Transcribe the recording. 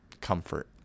comfort